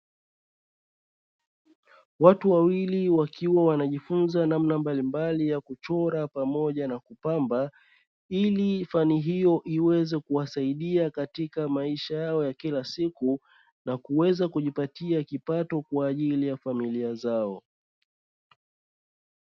Watu wawili wakiwa wanajifunza namna mbalimbali ya kuchora pamoja na kupamba, ili fani hiyo iweze kuwasaidia katika maisha yao ya kila siku na kuweza kujipatia kipato kwa ajili ya familia zao.